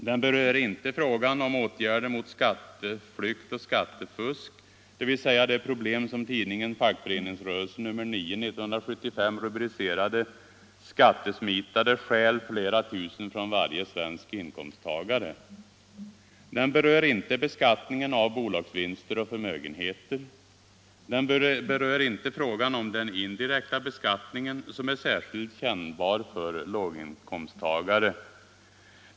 Den berör inte frågan om åtgärder mot skatteflykt och skattefusk, dvs. det problem som tidningen Fackföreningsrörelsen i nr 9 i år rubricerade: ”Skattesmitare stjäl flera tusen från varje svensk inkomsttagare.” Den berör inte beskattningen av bolagsvinster och förmögenheter. Den berör inte frågan om den indirekta beskattningen, som är särskilt kännbar för låginkomsttagare.